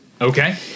Okay